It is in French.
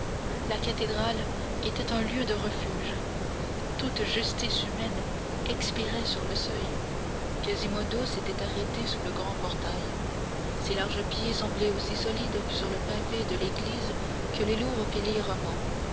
la cathédrale était un lieu de refuge toute justice humaine expirait sur le seuil quasimodo s'était arrêté sous le grand portail ses larges pieds semblaient aussi solides sur le pavé de l'église que les lourds piliers romans